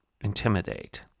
intimidate